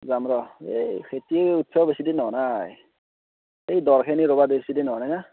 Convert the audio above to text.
যাম ৰহ এই খেতি উঠব' বেছি দিন হোৱা নাই এই দ' খিনি ৰোৱা বেছিদিন হোৱা নাই না